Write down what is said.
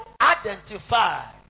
identify